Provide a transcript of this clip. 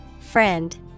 Friend